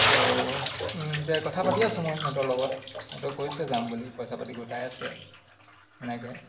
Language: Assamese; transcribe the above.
আৰু এতিয়া কথা পাতি আছোঁ মই সিহঁতৰ লগত সিহঁতে কৈছে যাম বুলি পইচা পাতি গোটাই আছে সেনেকৈ